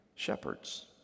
shepherds